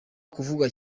kuvugwa